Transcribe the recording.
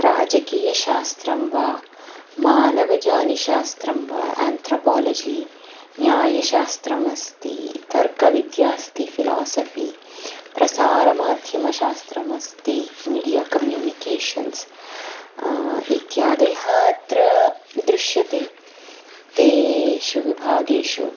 राजकीयशास्त्रं वा मानवजाति शास्त्रं वा एन्थ्रोपालजि न्यायशास्त्रमस्ति तर्कविद्या अस्ति फ़िलासफ़ि प्रसारमाध्यमशास्त्रमस्ति मीडिया कम्यूनिकेषन्स् इत्यादयः अत्र दृश्यन्ते तेषु विभागेषु